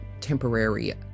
temporary